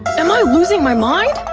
am i losing my mind?